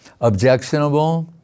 objectionable